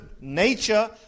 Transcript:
nature